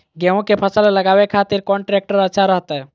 गेहूं के फसल लगावे खातिर कौन ट्रेक्टर अच्छा रहतय?